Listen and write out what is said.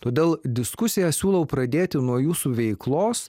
todėl diskusiją siūlau pradėti nuo jūsų veiklos